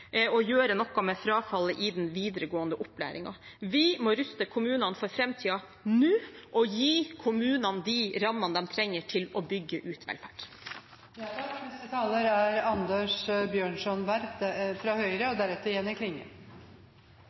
å gjøre noe med frafallet i den videregående opplæringen. Vi må ruste kommunene for framtiden nå og gi kommunene de rammene de trenger for å bygge velferden. «Det er arbeid som har skapt vårt samfunn», slår trontalen fast – kort, presist og